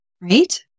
right